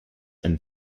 and